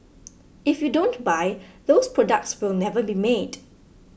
if you don't buy those products will never be made